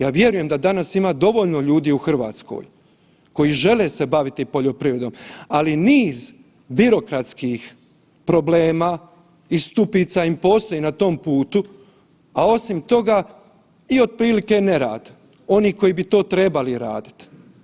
Ja vjerujem da danas ima dovoljno ljudi u Hrvatskoj koji žele se baviti poljoprivredom, ali niz birokratskih problema i stupica im postoji na tom putu, a osim toga i otprilike nerad onih koji bi to trebali raditi.